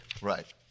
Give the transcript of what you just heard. Right